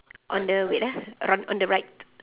on the wait ah r~ on on the right